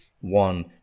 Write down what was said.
one